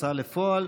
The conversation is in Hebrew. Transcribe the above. ההוצאה לפועל,